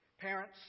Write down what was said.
Parents